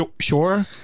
sure